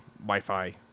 Wi-Fi